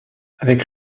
avec